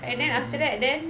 mmhmm mmhmm